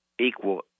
equal